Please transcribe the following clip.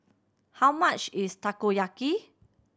how much is Takoyaki